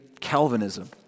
Calvinism